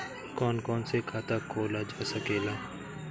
कौन कौन से खाता खोला जा सके ला?